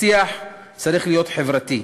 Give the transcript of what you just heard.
השיח צריך להיות חברתי.